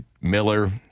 Miller